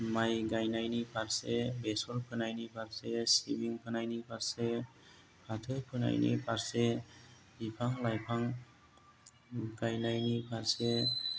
माइ गायनायनि फारसे बेसर फोनायनि फारसे सिबिं फोनायनि फारसे फाथो फोनायनि फारसे बिफां लाइफां गायनायनि फारसे